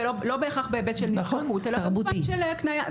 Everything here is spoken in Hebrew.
לא בהכרח בהיבט של נזקקות אלא במובן של הקניה --- תרבותי.